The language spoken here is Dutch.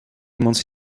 iemands